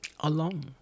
alone